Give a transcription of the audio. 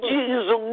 Jesus